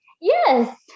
Yes